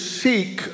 seek